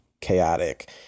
chaotic